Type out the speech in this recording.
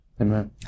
Amen